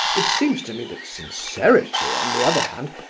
it seems to me that sincerity, on the other hand,